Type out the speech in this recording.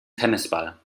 tennisball